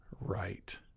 right